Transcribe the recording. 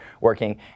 working